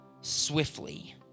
swiftly